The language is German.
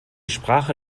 sprache